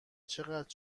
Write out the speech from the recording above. چقدر